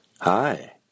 Hi